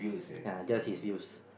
ya just his views